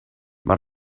mae